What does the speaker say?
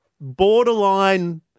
borderline